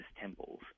temples